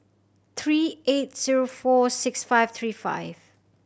three eight zero four six five three five